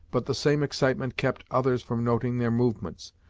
but the same excitement kept others from noting their movements.